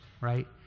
right